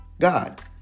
God